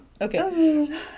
Okay